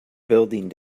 building